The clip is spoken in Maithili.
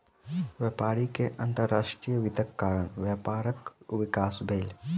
व्यापारी के अंतर्राष्ट्रीय वित्तक कारण व्यापारक विकास भेल